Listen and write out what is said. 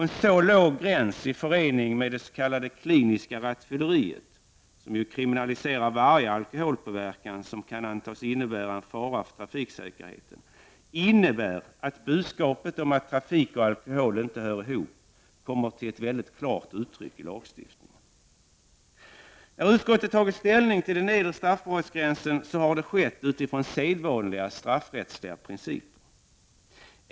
En så låg gräns i förening med det s.k. kliniska rattfylleriet, där varje alkoholpåverkan som kan antas innebära fara för trafiksäkerheten kriminaliseras, innebär att budskapet om att trafik och alkohol inte hör ihop kommer till mycket klart uttryck i lagstiftningen. När utskottet har tagit ställning till den nedre straffbarhetsgränsen har det skett utifrån sedvanliga straffrättsliga principer.